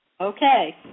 Okay